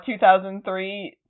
2003